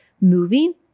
moving